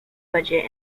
budget